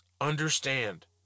understand